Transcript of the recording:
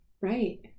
Right